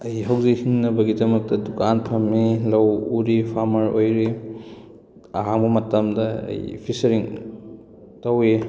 ꯑꯩ ꯍꯧꯖꯤꯛ ꯍꯤꯡꯅꯕꯒꯤꯗꯃꯛꯇ ꯗꯨꯀꯥꯟ ꯐꯝꯏ ꯂꯧ ꯎꯔꯤ ꯐꯥꯔꯃꯔ ꯑꯣꯏꯔꯤ ꯑꯍꯥꯡꯕ ꯃꯇꯝꯗ ꯑꯩ ꯐꯤꯁꯔꯤ ꯇꯧꯏ